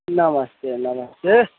नमस्ते नमस्ते